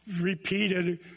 repeated